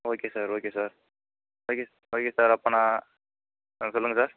okay sir okay sir okay okay sir அப்போ நான் ஆ சொல்லுங்கள் சார்